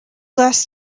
last